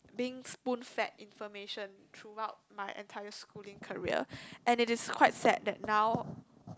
being spoon fed informative throughout my entire schooling career and it is quite sad that now